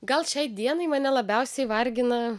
gal šiai dienai mane labiausiai vargina